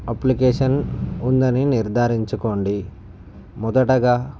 application ఉందని నిర్ధారించుకోండి మొదటగా